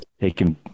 taking